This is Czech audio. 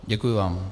Děkuji vám.